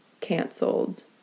canceled